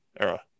era